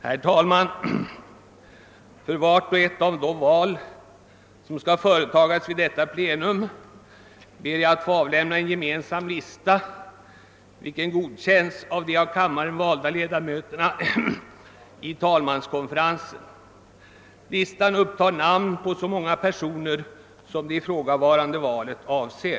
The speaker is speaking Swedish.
Herr talman! För vart och ett av de val som skall företagas vid detta plenum ber jag att få avlämna en gemensam lista, vilken godkänts av de av kammaren valda ledamöterna i talmanskonferensen. Listan upptar namn å så många personer, som det ifrågavarande valet avser.